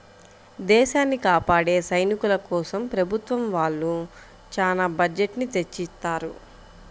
దేశాన్ని కాపాడే సైనికుల కోసం ప్రభుత్వం వాళ్ళు చానా బడ్జెట్ ని తెచ్చిత్తారు